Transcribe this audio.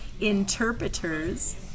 Interpreters